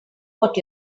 what